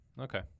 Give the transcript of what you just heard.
Okay